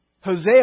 Hosea